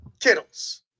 Kittles